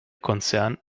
konzern